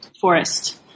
forest